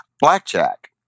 Blackjack